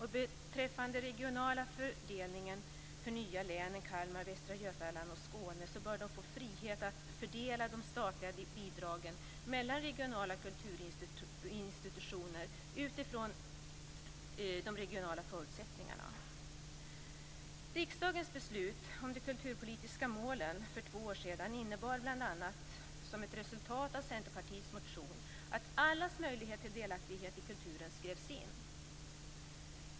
Beträffande den regionala fördelningen för de nya länen Kalmar, Västra Götaland och Skåne vill jag säga att dessa bör få frihet att fördela de statliga bidragen mellan regionala kulturinstitutioner utifrån de regionala förutsättningarna. Riksdagens beslut om de kulturpolitiska målen för två år sedan innebar, bl.a. som ett resultat av Centerpartiets motion, att allas möjlighet till delaktighet i kulturen skrevs in.